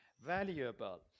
valuable